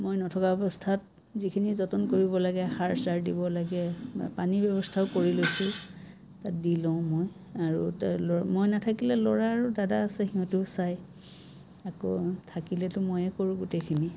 মই নথকা অৱস্থাত যিখিনি যতন কৰিব লাগে সাৰ চাৰ দিব লাগে পানীৰ ব্যৱস্থাও কৰি লৈছোঁ তাত দি লওঁ মই আৰু ত মই নাথাকিলে ল'ৰা আৰু দাদা আছে সিহঁতেও চায় আকৌ থাকিলেটো মইয়েই কৰোঁ গোটেইখিনি